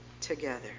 together